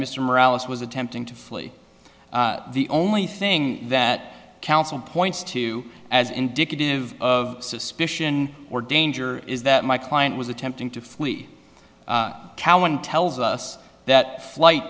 mr morale is was attempting to flee the only thing that counsel points to as indicative of suspicion or danger is that my client was attempting to flee callan tells us that flight